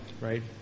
right